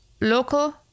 local